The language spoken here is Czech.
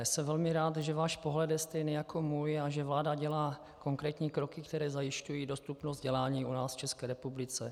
Jsem velmi rád, že váš pohled je stejný jako můj a že vláda dělá konkrétní kroky, které zajišťují dostupnost vzdělání u nás v České republice.